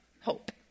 hope